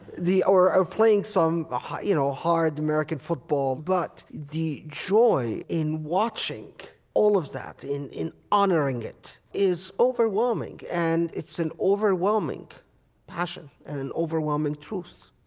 the or or playing some, ah you know, hard american football. but the joy in watching all of that, in in honoring it is overwhelming, and it's an overwhelming passion and an overwhelming truth